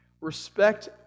respect